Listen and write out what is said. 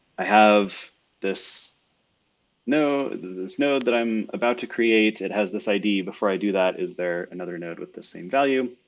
i have this this node that i'm about to create it has this id before i do that. is there another node with the same value?